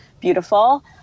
beautiful